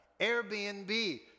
Airbnb